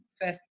first